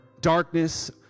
darkness